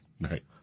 right